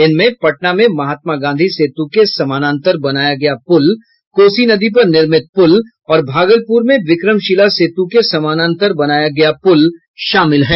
इनमें पटना में महात्मा गांधी सेतु के समानांतर बनाया गया पुल कोसी नदी पर निर्मित पुल और भागलपुर में विक्रमशिला सेतु के समानांतर बनाया गया पुल शामिल हैं